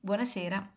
Buonasera